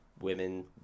women